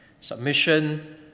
Submission